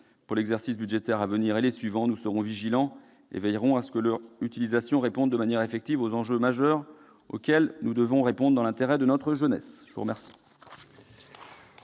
Pour l'exercice budgétaire à venir et les suivants, nous serons vigilants et veillerons à ce que leur utilisation réponde de manière effective aux enjeux majeurs auxquels nous devons répondre, dans l'intérêt de notre jeunesse. La parole